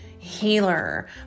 healer